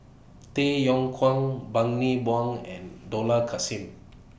Tay Yong Kwang Bani Buang and Dollah Kassim